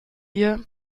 ihr